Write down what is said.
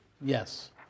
Yes